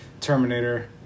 Terminator